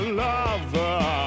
lover